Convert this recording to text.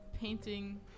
painting